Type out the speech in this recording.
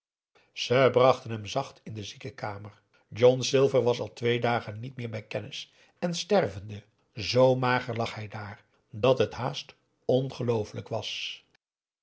ze brachten hem zacht in de ziekenkamer john silver was al twee dagen niet meer bij kennis en stervende z mager lag hij daar dat het haast ongelooflijk was